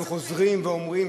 אנחנו חוזרים ואומרים,